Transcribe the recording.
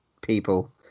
people